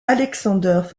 alexander